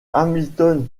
hamilton